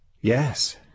Yes